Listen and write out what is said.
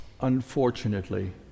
Unfortunately